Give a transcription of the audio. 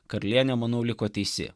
karlienė manau liko teisi